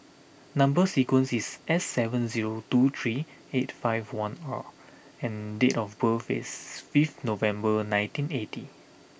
number sequence is S seven zero two three eight five one R and date of birth is fifth November nineteen eighty